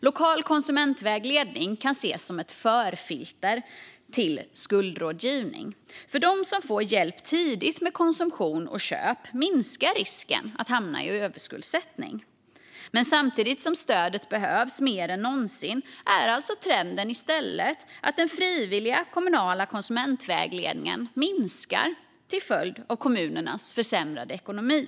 Lokal konsumentvägledning kan ses som ett förfilter till skuldrådgivning. För dem som får hjälp tidigt med konsumtion och köp minskar risken att hamna i överskuldsättning. Men samtidigt som stödet behövs mer än någonsin är alltså trenden att den frivilliga kommunala konsumentvägledningen minskar till följd av kommunernas försämrade ekonomi.